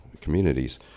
communities